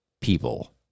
people